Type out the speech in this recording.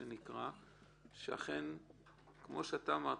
כמו שאמרת,